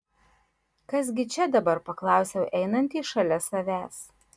kas gi čia dabar paklausiau einantį šalia savęs